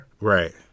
right